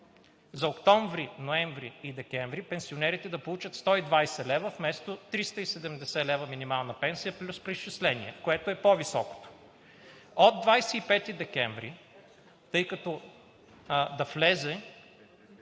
За октомври, ноември и декември пенсионерите да получат 120 лв., вместо 370 лв. минимална пенсия плюс преизчисление, което е по-високото. Другото предложение, което е за